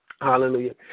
hallelujah